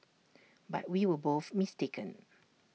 but we were both mistaken